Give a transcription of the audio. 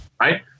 Right